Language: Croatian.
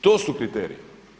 To su kriteriji.